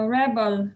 rebel